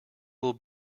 will